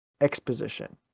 exposition